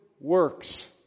works